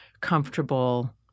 comfortable